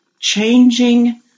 changing